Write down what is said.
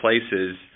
places